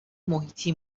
محیطی